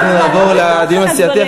אנחנו נעבור לדיון הסיעתי,